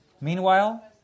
Meanwhile